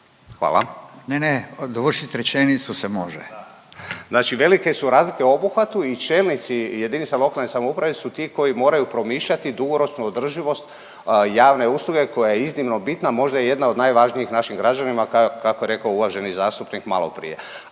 Radin: Ne, ne dovršit rečenicu se može./… Znači velike su razlike u obuhvatu i čelnici jedinica lokalne samouprave su ti koji moraju promišljati dugoročnu održivost javne usluge koja je iznimno bitna, možda i jedna od najvažnijim našim građanima kako je rekao uvaženi zastupnik maloprije,